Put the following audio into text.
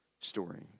story